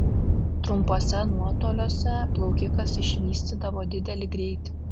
trumpuose nuotoliuose plaukikas išvystydavo didelį greitį